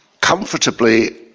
comfortably